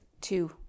Two